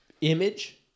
image